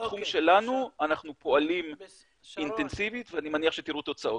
בתחום שלנו אנחנו פועלים אינטנסיבית ואני מניח שתראו תוצאות.